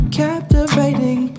captivating